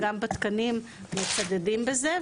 וגם בתקנים מצדדים בזה.